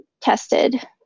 tested